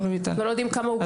אנחנו לא יודעים כמה הוגשו.